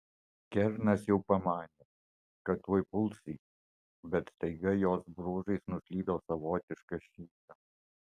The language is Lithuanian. kernas jau pamanė kad tuoj puls jį bet staiga jos bruožais nuslydo savotiška šypsena